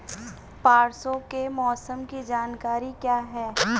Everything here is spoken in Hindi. परसों के मौसम की जानकारी क्या है?